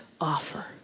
offer